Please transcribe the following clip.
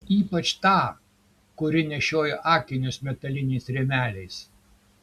ypač tą kuri nešiojo akinius metaliniais rėmeliais